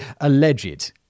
alleged